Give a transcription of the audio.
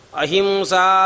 ahimsa